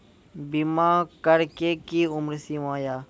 बीमा करबे के कि उम्र सीमा या?